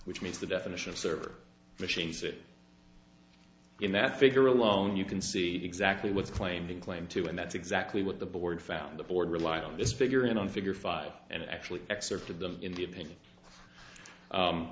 which meets the definition of server machines it in that figure alone you can see exactly what's claimed in claim two and that's exactly what the board found the board relied on this figure in on figure five and actually excerpted them in the opinion